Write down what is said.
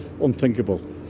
unthinkable